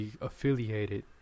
affiliated